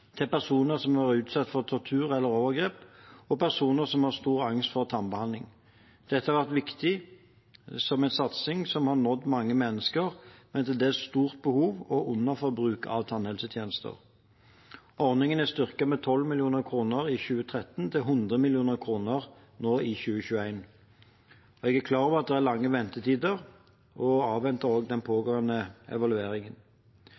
til personer som har vært utsatt for tortur eller overgrep, og personer som har stor angst for tannbehandling. Dette har vært en viktig satsing, som har nådd mange mennesker med til dels stort behov og underforbruk av tannhelsetjenester. Ordningen er styrket fra 12 mill. kr i 2013 til 100 mill. kr nå i 2021. Jeg er klar over at det er lange ventetider og avventer den